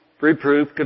reproof